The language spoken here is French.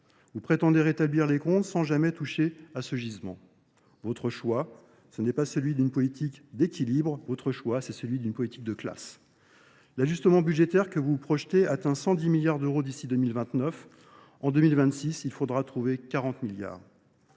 Vous prétendez rétablir les comptes sans jamais toucher à ce gisement. Votre choix, ce n'est pas celui d'une politique d'équilibre, votre choix, c'est celui d'une politique de classe. L'ajustement budgétaire que vous projetez atteint 110 milliards d'euros d'ici 2029. En 2026, il faudra trouver 40 milliards.